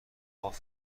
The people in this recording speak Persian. باش